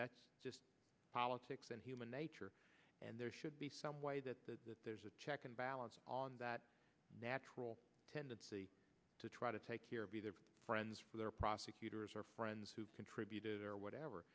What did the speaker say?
that's just politics and human nature and there should be some way that the there's a check and balance on that natural tendency to try to take care of either friends or prosecutors or friends who contributed or whatever